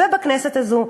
ובכנסת הזו,